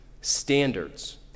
standards